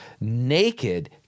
naked